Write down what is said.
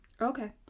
Okay